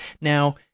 Now